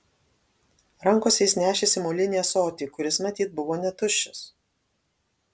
rankose jis nešėsi molinį ąsotį kuris matyt buvo netuščias